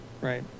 right